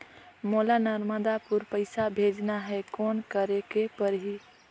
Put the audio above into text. मोला नर्मदापुर पइसा भेजना हैं, कौन करेके परही?